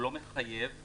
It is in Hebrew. הוא לא מחייב אותם.